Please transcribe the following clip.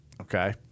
Okay